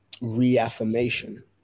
reaffirmation